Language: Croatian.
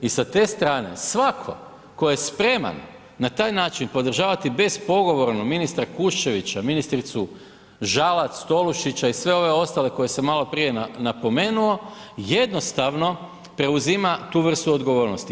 I sa te strane, svatko tko je spreman na taj način podržavati bespogovorno ministra Kuščevića, ministricu Žalac, Tolušića i sve ove ostale koje sam maloprije napomenuo, jednostavno preuzima tu vrstu odgovornosti.